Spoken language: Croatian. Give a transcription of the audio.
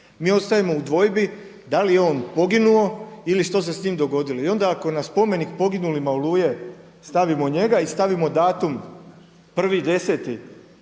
mi ostajemo u dvojbi da li je on poginuo ili što se s njim dogodilo. I onda ako na spomenik poginulima Oluje stavimo njega i stavimo datum 1.10.